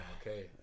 Okay